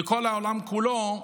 ולכל העולם כולו,